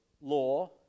law